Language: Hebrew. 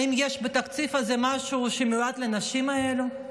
האם יש בתקציב הזה משהו שמיועד לנשים האלו?